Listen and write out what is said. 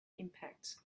impact